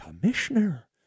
commissioner